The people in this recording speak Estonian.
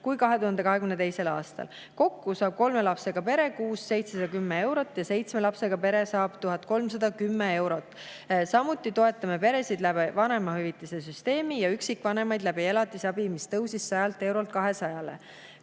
kui 2022. aastal. Kokku saab kolme lapsega pere kuus 710 eurot ja seitsme lapsega pere saab 1310 eurot. Samuti toetame peresid vanemahüvitise süsteemiga ja üksikvanemaid elatisabiga, mis tõusis 100 eurolt 200